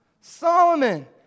Solomon